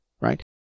Right